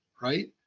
right